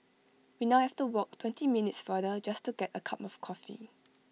we now have to walk twenty minutes farther just to get A cup of coffee